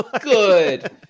Good